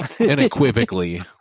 unequivocally